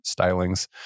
stylings